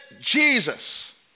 Jesus